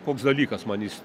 koks dalykas man jis